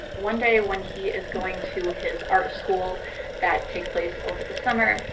one day, when he is going to his art school that takes place over the summer,